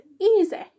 Easy